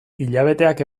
hilabeteak